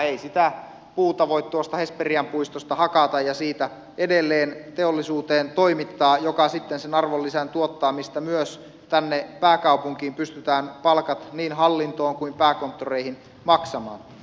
ei sitä puuta voi tuosta hesperian puistosta hakata ja siitä edelleen toimittaa teollisuuteen joka sitten sen arvonlisän tuottaa mistä myös tänne pääkaupunkiin pystytään palkat niin hallintoon kuin pääkonttoreihin maksamaan